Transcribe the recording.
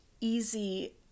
easy